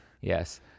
Yes